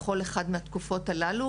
בכל אחת מהתקופות הללו,